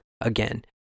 again